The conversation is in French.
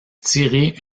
tiré